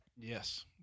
Yes